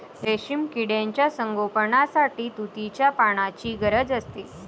रेशीम किड्यांच्या संगोपनासाठी तुतीच्या पानांची गरज असते